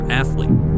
athlete